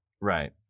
Right